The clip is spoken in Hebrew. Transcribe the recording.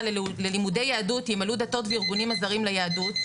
ללימודי יהדות ימלאו דתות וארגונים הזרים ליהדות.